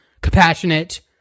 compassionate